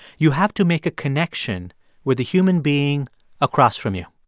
you have to make a connection with the human being across from you